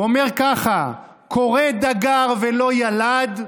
הוא אומר ככה: "קרא דגר ולא ילד,